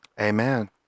Amen